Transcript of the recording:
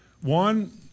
One